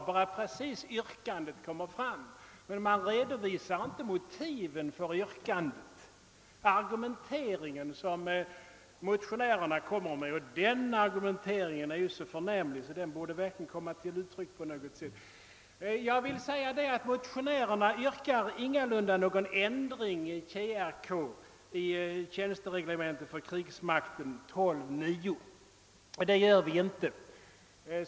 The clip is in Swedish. Det återges ingenting mer än yrkandet. Man redovisar inte motiven för yrkandet eller motionärernas argumentering, som ju är så förnämlig att den på något sätt borde kommit till uttryck. Motionärerna yrkar ingalunda någon ändring i tjänstgöringsreglementet för krigsmakten 12:9.